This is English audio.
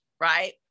right